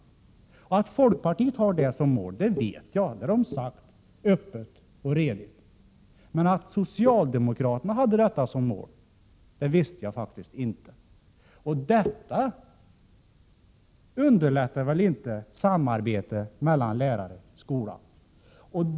Att folkpartiet har det som mål, det vet jag, det har man sagt öppet och redigt. Men att socialdemokraterna hade detta som mål visste jag faktiskt inte. Denna lönespridning underlättar väl inte samarbetet mellan lärare i skolan?